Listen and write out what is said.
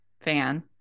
fan